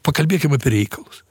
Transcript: pakalbėkim apie reikalus